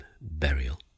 burial